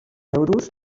euros